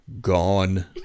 gone